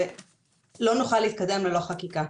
ולא נוכל להתקדם ללא חקיקה.